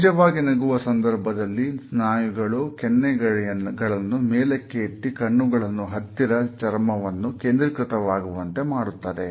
ನೈಜವಾಗಿ ನಗುವ ಸಂದರ್ಭದಲ್ಲಿ ಸ್ನಾಯುಗಳು ಕೆನ್ನೆಗಳನ್ನು ಮೇಲಕ್ಕೆ ಎತ್ತಿ ಕಣ್ಣುಗಳ ಹತ್ತಿರ ಚರ್ಮವನ್ನು ಕೇಂದ್ರೀಕೃತವಾಗುವಂತೆ ಮಾಡುತ್ತದೆ